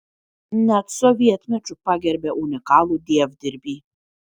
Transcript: net sovietmečiu pagerbė unikalų dievdirbį